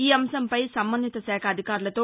ఈఅంశంపై సంబంధిత శాఖ అధికారులతో